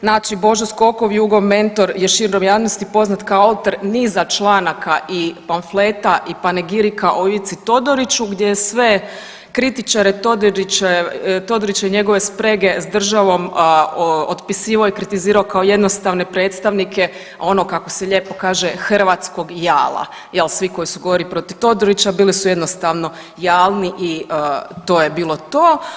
Znači Božo Skoko, Jugov mentor je široj javnosti poznat kao autor niza članaka i pamfleta i panegirika o Ivici Todoriću gdje je sve kritičare Todorića i njegove sprege s države otpisivao i kritizirao kao jednostavne predstavnike ono kako se lijepo kaže hrvatskog jala, jel svi koji su govorili protiv Todorića bili su jednostavno jalni i to je bilo to.